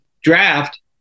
draft